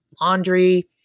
Laundry